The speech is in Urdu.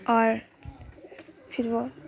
اور پھر وہ